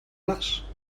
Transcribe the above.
les